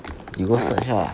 you go search lah